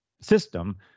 system